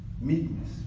Meekness